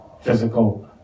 physical